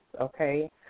okay